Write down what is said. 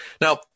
Now